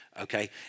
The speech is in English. okay